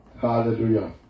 Hallelujah